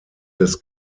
des